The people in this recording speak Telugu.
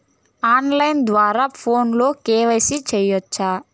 ఆన్ లైను ద్వారా ఫోనులో కె.వై.సి సేయొచ్చా